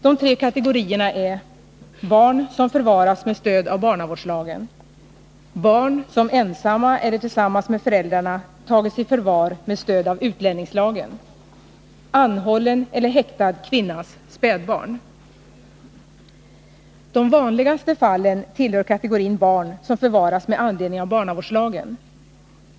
De tre kategorierna är: De vanligaste fallen tillhör kategorin barn som förvaras med anledning av barnavårdslagen.